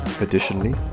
Additionally